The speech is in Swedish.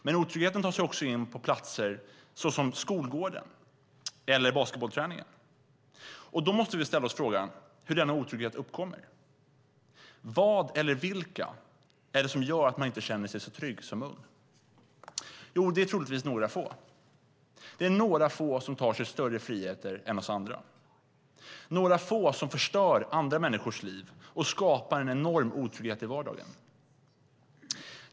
Men otryggheten tar sig också in på platser som på skolgården eller basketbollträningen. Då måste vi ställa oss frågan hur denna otrygghet uppkommer. Vad eller vilka är det som gör att man inte känner sig trygg som ung? Jo, det är troligtvis några få. Det är några få som tar sig större friheter än vi andra. Det är några få som förstör andra människors liv och skapar en enorm otrygghet i vardagen.